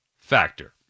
factor